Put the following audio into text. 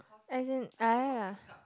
as in I had ah